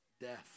Death